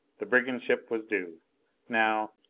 the brigand ship was due now,